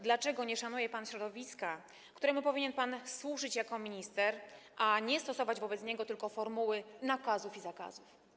Dlaczego nie szanuje pan środowiska, któremu powinien pan służyć jako minister, a nie stosować wobec niego tylko formuły nakazów i zakazów?